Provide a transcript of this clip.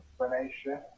explanation